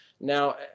Now